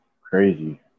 crazy